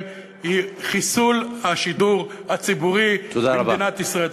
היא חיסול השידור הציבורי במדינת ישראל.